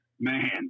Man